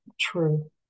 true